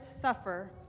suffer